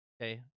okay